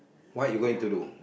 what you going to do